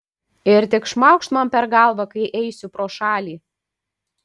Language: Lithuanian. ir tik šmaukšt man per galvą kai eisiu pro šalį